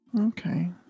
Okay